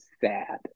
sad